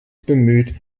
bemüht